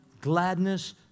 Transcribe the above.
gladness